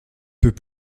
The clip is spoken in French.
peux